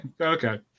Okay